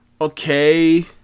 okay